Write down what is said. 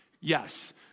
Yes